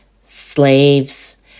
slaves